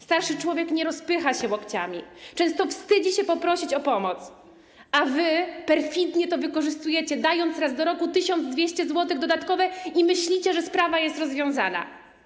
Starszy człowiek nie rozpycha się łokciami, często wstydzi się poprosić o pomoc, a wy perfidnie to wykorzystujecie, dając raz do roku dodatkowych 1200 zł, i myślicie, że sprawa jest rozwiązana.